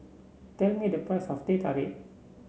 tell me the price of Teh Tarik